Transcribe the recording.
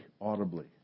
audibly